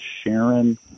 Sharon